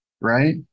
right